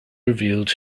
revealed